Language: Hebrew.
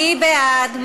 מי בעד?